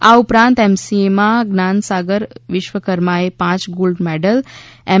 આ ઉપરાંત એમસીએમાં જ્ઞાનસાગર વિશ્વકર્માએ પ ગોલ્ડ મેડલ એમ